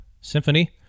Symphony